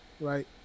right